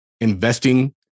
investing